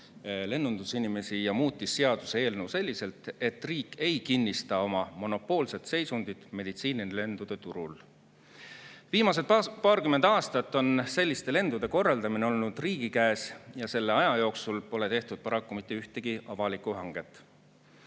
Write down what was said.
lennundusinimesi ja muutis seaduseelnõu selliselt, et riik ei kinnista oma monopoolset seisundit meditsiinilendude turul. Viimased paarkümmend aastat on selliste lendude korraldamine olnud riigi käes ja selle aja jooksul pole tehtud paraku mitte ühtegi avalikku hanget.